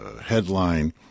headline